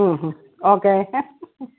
okay